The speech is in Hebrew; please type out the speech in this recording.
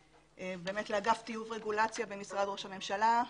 באמת לאגף תיעוד רגולציה במשרד ראש הממשלה,